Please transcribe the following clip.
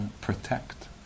protect